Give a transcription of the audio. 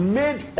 made